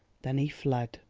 then he fled.